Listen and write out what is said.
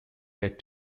led